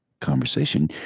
conversation